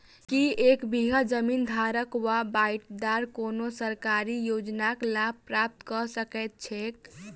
की एक बीघा जमीन धारक वा बटाईदार कोनों सरकारी योजनाक लाभ प्राप्त कऽ सकैत छैक?